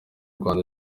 rwanda